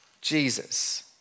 Jesus